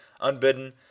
unbidden